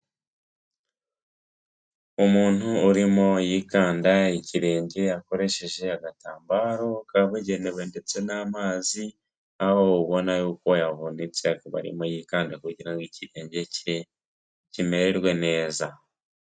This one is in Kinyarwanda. Umuntu urimo yikanda ikirenge akoresheje agatambaro kabugenewe ndetse n'amazi, aho ubona y'uko yavunitse akaba arimo yikanda kugira ngo ikirenge cye kimererwe neza.